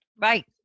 Right